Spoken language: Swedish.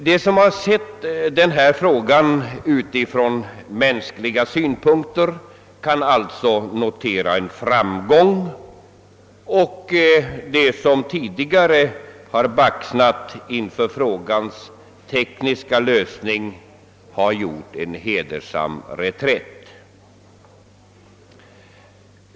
De som sett denna fråga ur mänskliga synpunkter kan alltså notera en framgång, och de som tidigare baxnat inför frågans tekniska lösning har gjort en hedersam reträtt.